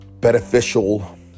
beneficial